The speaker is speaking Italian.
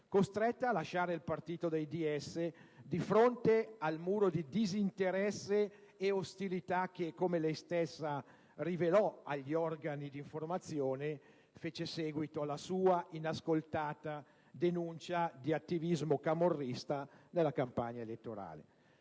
costretta a lasciare il partito dei DS di fronte al muro di disinteresse e ostilità che, come lei stessa rivelò agli organi di informazione, fece seguito alla sua, inascoltata, denuncia di attivismo camorrista nella campagna elettorale.